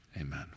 Amen